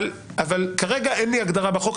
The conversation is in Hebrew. אבל כרגע אין לי הגדרה בחוק.